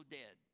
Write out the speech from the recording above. dead